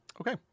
Okay